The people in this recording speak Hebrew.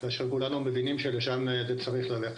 שכולנו מבינים שלשם צריך ללכת.